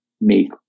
make